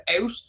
out